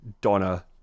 Donna